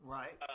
Right